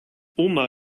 oma